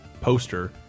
poster